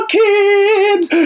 kids